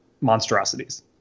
monstrosities